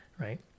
right